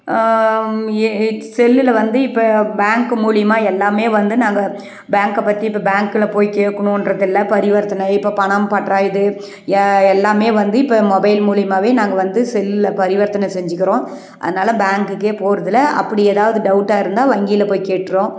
ஏ ஏ செல்லில் வந்து இப்போ பேங்க்கு மூலிமா எல்லாமே வந்து நாங்கள் பேங்கை பற்றி இப்போ பேங்கில் போய் கேட்கணுன்றதில்ல பரிவர்த்தனை இப்போது பணம் பற்றா இது ஏ எல்லாமே வந்து இப்போ மொபைல் மூலிமாவே நாங்கள் வந்து செல்லில் பரிவர்த்தனை செஞ்சுக்குறோம் அதனால் பேங்குக்கே போகிறதில்ல அப்படி எதாவது டவுட்டாக இருந்தால் வங்கியில் போய் கேட்டுகிறோம்